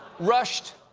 rushed,